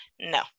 no